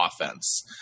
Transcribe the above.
offense